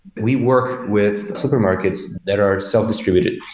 we work with supermarkets that are self-distributed.